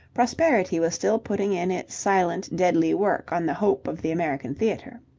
prosperity was still putting in its silent, deadly work on the hope of the american theatre.